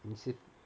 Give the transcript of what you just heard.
is it